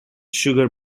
sugar